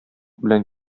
белән